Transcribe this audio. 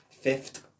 Fifth